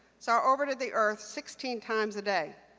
so i orbited the earth sixteen times a day.